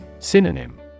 Synonym